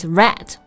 red